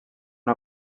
una